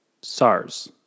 SARS